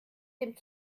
dem